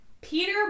Peter